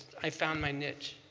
i found my niche.